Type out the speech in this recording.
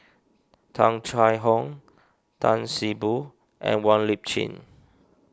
Tung Chye Hong Tan See Boo and Wong Lip Chin